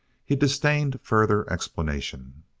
he disdained further explanation.